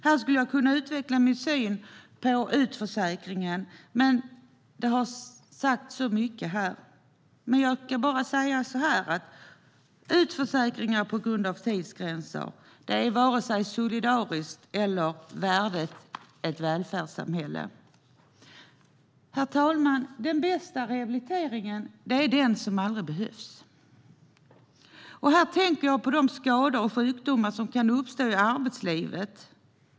Här skulle jag kunna utveckla min syn på utförsäkringen, men det har sagts så mycket här. Jag ska bara säga att utförsäkringar på grund av tidsgränser inte är vare sig solidariskt eller värdigt ett välfärdssamhälle. Herr talman! Den bästa rehabiliteringen är den som aldrig behövs. Här tänker jag på de skador och sjukdomar som kan uppstå i arbetslivet.